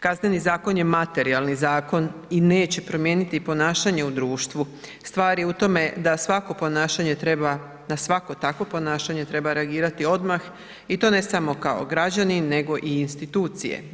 Kazneni zakon je materijalni zakon i neće promijeniti ponašanje u društvu, stvar je u tome da svako ponašanje treba, na svako takvo ponašanje treba reagirati odmah i to ne samo kao građanin nego i institucije.